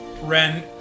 Ren